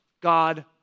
God